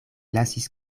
lasis